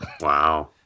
Wow